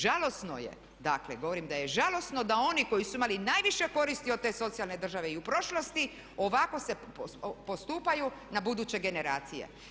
Žalosno je dakle govorim da je žalosno da oni koji su imali najviše koristi od te socijalne države i u prošlosti ovako se postupaju na buduće generacije.